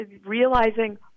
realizing